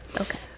Okay